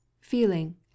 feeling